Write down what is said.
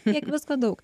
tiek visko daug